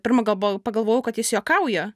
pirma gal buvo pagalvojau kad jis juokauja